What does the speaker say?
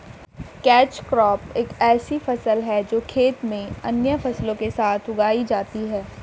catch crop एक ऐसी फसल है जो खेत में अन्य फसलों के साथ उगाई जाती है